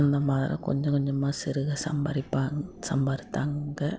அந்தமாரி கொஞ்ச கொஞ்சமாக சிறுக சம்பாதிப்பாங்க சம்பாதித்தாங்க